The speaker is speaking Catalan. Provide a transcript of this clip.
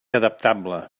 adaptable